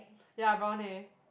ya brown hair